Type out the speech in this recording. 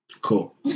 Cool